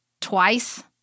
twice